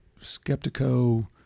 skeptico